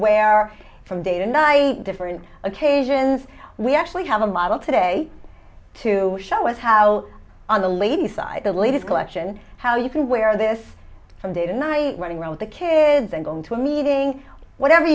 wear from day to night different occasions we actually have a model today to show us how on the lady side the latest collection how you can wear this from day to night running around the kids and going to a meeting whatever